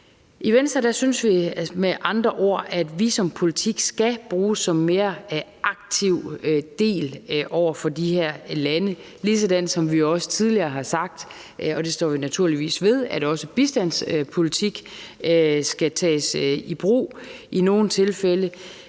I Venstre synes vi med andre ord, at visumpolitik skal bruges som en mere aktiv del over for de her lande, ligesom vi også tidligere har sagt, og det står vi naturligvis ved, nemlig at også bistandspolitik skal tages i brug i nogle tilfælde